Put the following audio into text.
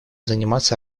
заниматься